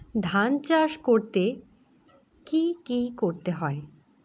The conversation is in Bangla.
ধান চাষ করতে কি কি করতে হয়?